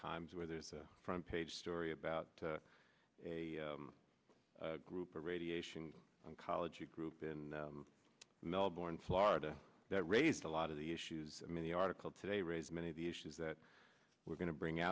times where there's a front page story about a group of radiation oncology group in melbourne florida that raised a lot of the issues i mean the article today raised many of the issues that we're going to bring